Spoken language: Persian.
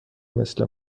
مثل